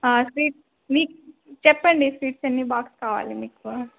sweet మీకు చెప్పండి sweets అన్ని బాక్స్ కావాలి మీకు